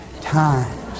times